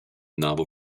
novel